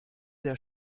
der